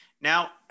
Now